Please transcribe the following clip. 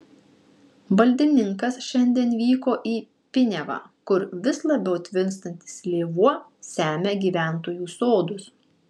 valdininkas šiandien vyko į piniavą kur vis labiau tvinstantis lėvuo semia gyventojų sodus